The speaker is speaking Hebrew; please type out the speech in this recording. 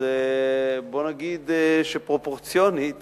בוא נגיד שפרופורציונית